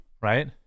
right